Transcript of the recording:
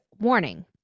warning